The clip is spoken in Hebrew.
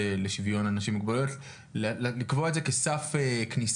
לשיוויון אנשים עם מוגבלויות לקבוע את זה כסף כניסה